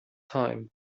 time